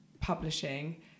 publishing